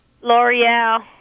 L'Oreal